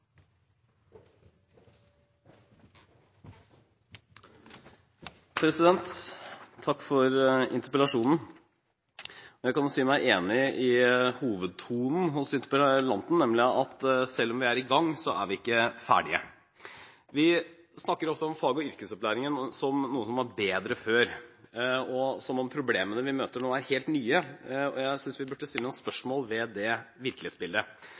Takk for interpellasjonen. Jeg kan si meg enig i hovedtonen hos interpellanten, nemlig at selv om vi er i gang, er vi ikke ferdige. Vi snakker ofte om fag- og yrkesopplæringen som noe som var bedre før, og som om problemene vi møter nå, er helt nye. Jeg synes vi burde stille noen spørsmål ved det virkelighetsbildet.